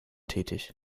tätig